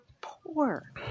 poor